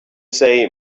say